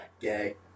gay